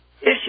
issue